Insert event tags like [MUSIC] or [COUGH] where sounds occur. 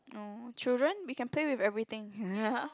no children we can play with everything [LAUGHS]